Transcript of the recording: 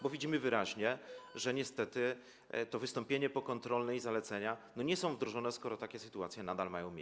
Bo widzimy wyraźnie, że niestety to wystąpienie pokontrolne i zalecenia nie są wdrożone, skoro takie sytuacje nadal mają miejsce.